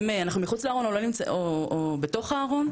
אם אנחנו מחוץ לארון או בתוך הארון.